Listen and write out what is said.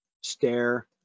stare